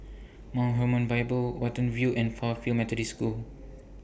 Mount Hermon Bible Watten View and Fairfield Methodist School